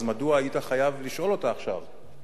אז מדוע היית חייב לשאול אותה עכשיו,